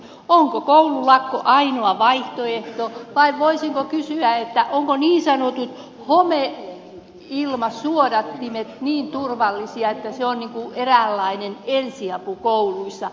onko koululakko ainoa vaihtoehto vai voisiko kysyä ovatko niin sanotut homeilmasuodattimet niin turvallisia että ne ovat eräänlainen ensiapu kouluissa